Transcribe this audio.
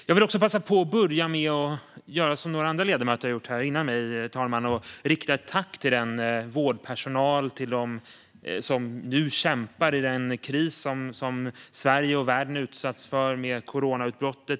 Jag vill också passa på att, som andra ledamöter redan har gjort före mig, herr talman, rikta ett tack till den vårdpersonal och dem som nu kämpar i den kris som Sverige och världen utsätts för genom coronautbrottet.